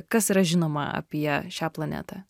kas yra žinoma apie šią planetą